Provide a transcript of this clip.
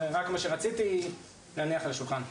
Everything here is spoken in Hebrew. זה מה שרציתי להניח על השולחן.